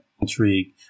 intrigue